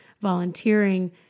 volunteering